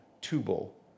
Tubal